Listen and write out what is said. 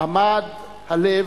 עמד הלב,